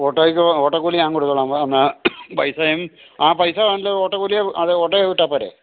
ഓട്ടോയ്ക്ക് ഓട്ടോക്കൂലി ഞാന് കൊടുത്തോളാം പൈസയും ആ പൈസ വേണ്ടത് ഓട്ടോക്കൂലി അത് ഓട്ടോയിൽ വിട്ടാൽ പോരെ